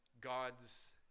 God's